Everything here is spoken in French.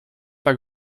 pas